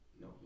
No